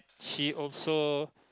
she also